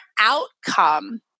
outcome